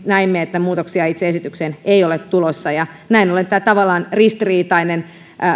näimme että muutoksia itse esitykseen ei ole tulossa näin ollen tässä maassa jatkuu tämä tavallaan ristiriitainen